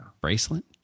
Bracelet